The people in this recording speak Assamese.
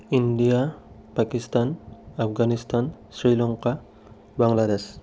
India Pakistan Afghanistan Sri Lanka Bangladesh